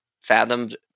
fathomed